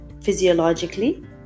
physiologically